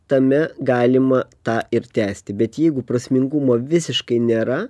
tame galima tą ir tęsti bet jeigu prasmingumo visiškai nėra